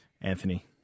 Anthony